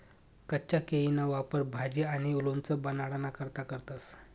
कच्चा केयीसना वापर भाजी आणि लोणचं बनाडाना करता करतंस